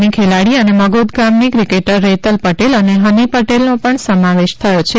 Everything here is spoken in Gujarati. ની ખેલાડી અને મગોદ ગામની ક્રિકેટર રેતલ પટેલ અને હની પટેલનો પણ સમાવેશ થયો છે